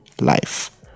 life